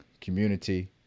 community